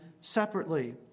separately